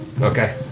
Okay